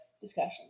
discussion